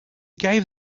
gave